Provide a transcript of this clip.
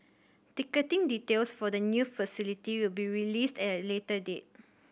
ticketing details for the new facility will be released at a later date